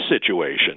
situation